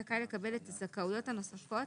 זכאי לקבל את הזכאויות הנוספות